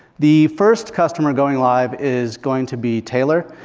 the first customer going live is going to be taylor.